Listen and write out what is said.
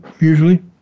usually